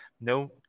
no